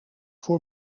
voor